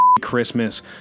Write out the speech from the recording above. Christmas